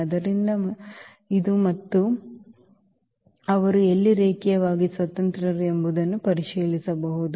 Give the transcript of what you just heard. ಆದ್ದರಿಂದ ಇದು ಮತ್ತು ಇದು ಅವರು ಎಲ್ಲಿ ರೇಖೀಯವಾಗಿ ಸ್ವತಂತ್ರರು ಎಂಬುದನ್ನು ಪರಿಶೀಲಿಸಬಹುದು